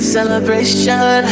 Celebration